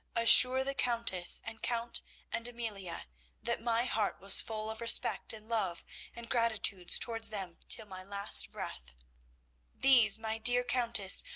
assure the countess and count and amelia that my heart was full of respect and love and gratitude towards them till my last breath these, my dear countess,